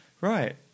Right